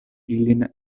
ilin